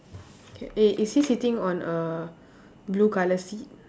k eh is he sitting on a blue colour seat